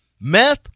Meth